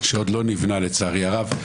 שעוד לא נבנה לצערי הרב.